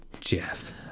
Jeff